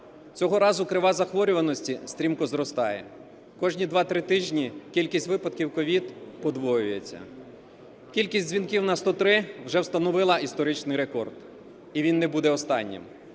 Цього разу крива захворюваності стрімко зростає. Кожні два-три тижні кількість випадків СOVID подвоюється. Кількість дзвінків на "103" вже встановила історичний рекорд, і він не буде останнім.